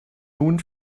nun